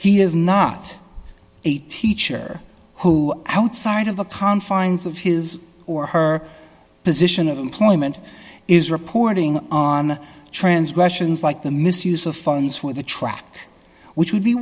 he is not a teacher who outside of the confines of his or her position of employment is reporting on transgressions like the misuse of funds for the track which would be